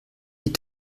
die